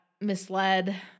misled